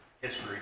history